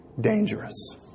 dangerous